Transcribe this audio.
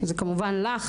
זה כמובן לך,